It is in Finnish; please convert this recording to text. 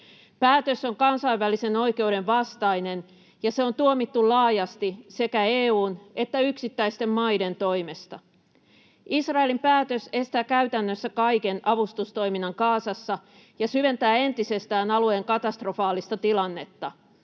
Päätös on kansainvälisen oikeuden vastainen, ja se on tuomittu laajasti sekä EU:n että yksittäisten maiden toimesta. Israelin päätös estää käytännössä kaiken avustustoiminnan Gazassa ja syventää entisestään alueen katastrofaalista tilannetta.